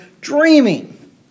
dreaming